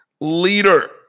leader